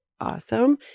Awesome